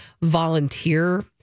volunteer